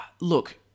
look